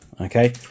Okay